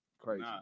crazy